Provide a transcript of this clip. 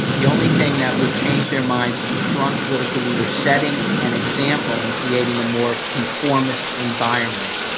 the only thing that would change their minds is a strong political leader setting an example and creating a more conformist environment.